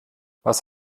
was